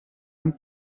han